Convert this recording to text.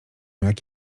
jak